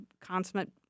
consummate